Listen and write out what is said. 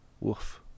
woof